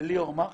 לליאור מחלב,